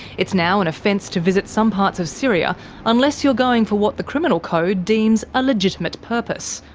it's now an offence to visit some parts of syria unless you're going for what the criminal code deems a legitimate purpose,